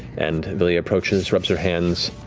and vilya approaches, rubs her hands,